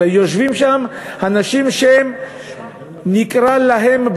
אלא יושבים שם אנשים שנקרא להם,